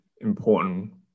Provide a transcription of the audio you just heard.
important